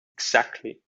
exactly